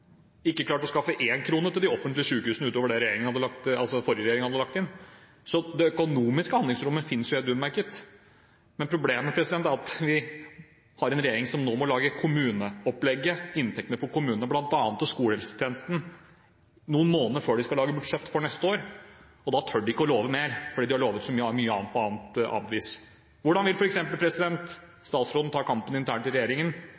ikke klarte å skaffe én krone til de offentlige sykehusene utover det den forrige regjeringen hadde lagt inn. Det økonomiske handlingsrommet finnes, men problemet er at vi har en regjering som nå må lage kommuneopplegget – inntektene for kommunene, bl.a. til skolehelsetjenesten – noen måneder før de skal lage budsjett for neste år. Da tør de ikke love mer, fordi de har lovet så mye på annet vis. Hvordan vil statsråden ta kampen internt i regjeringen